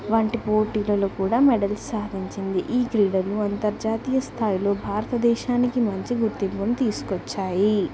వంటి పోటీలలో కూడా మెడల్స్ సాధించింది ఈ క్రీడలు అంతర్జాతీయ స్థాయిలో భారతదేశానికి మంచి గుర్తింపును తీసుకు వచ్చాయి